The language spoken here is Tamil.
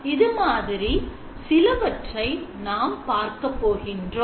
இதுமாதிரி சிலவற்றை நாம் பார்க்கப் போகின்றோம்